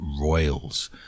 royals